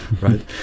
right